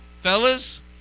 fellas